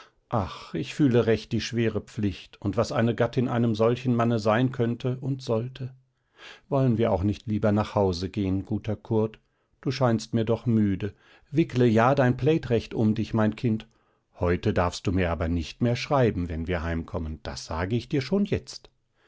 ach ich fühle recht die schwere pflicht und was eine gattin einem solchen manne sein könnte und sollte wollen wir auch nicht lieber nach hause gehen guter kurt du scheinst mir doch müde wickle ja deinen plaid recht um dich mein kind heute darfst du mir aber nicht mehr schreiben wenn wir heimkommen das sage ich dir schon jetzt